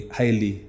highly